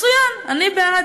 מצוין, אני בעד.